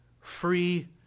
free